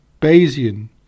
Bayesian